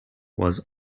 was